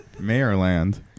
Mayorland